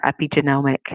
epigenomic